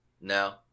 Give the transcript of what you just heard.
No